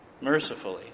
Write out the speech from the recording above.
mercifully